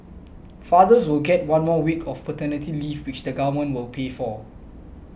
fathers will get one more week of paternity leave which the Government will pay for